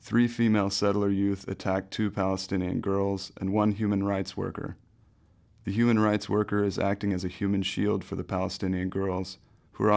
three female settler youth attacked two palestinian girls and one human rights worker the human rights worker is acting as a human shield for the palestinian girls who